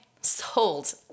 Sold